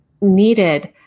needed